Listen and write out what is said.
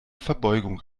verbeugung